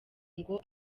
ngo